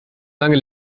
lange